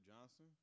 Johnson